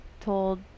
told